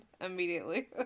immediately